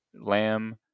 lamb